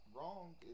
wrong